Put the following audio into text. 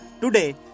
Today